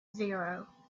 zero